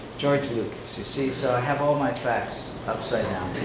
george lucas, you see, so i have all my facts upside down